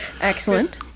Excellent